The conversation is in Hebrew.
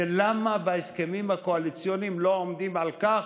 זה למה בהסכמים הקואליציוניים לא עומדים על כך.